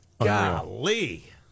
Golly